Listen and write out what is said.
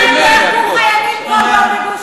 לממשלה אסור לטעות?